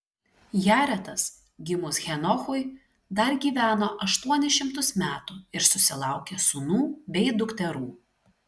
jaretas gimus henochui dar gyveno aštuonis šimtus metų ir susilaukė sūnų bei dukterų